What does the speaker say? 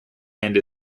and